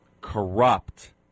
corrupt